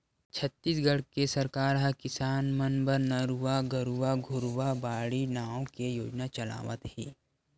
छत्तीसगढ़ के सरकार ह किसान मन बर नरूवा, गरूवा, घुरूवा, बाड़ी नांव के योजना चलावत हे